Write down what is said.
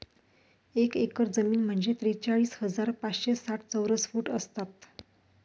एक एकर जमीन म्हणजे त्रेचाळीस हजार पाचशे साठ चौरस फूट असतात